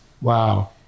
Wow